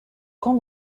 camp